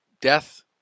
death